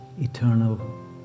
eternal